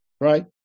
right